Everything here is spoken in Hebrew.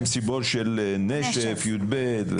למסיבות של נשף, י"ב.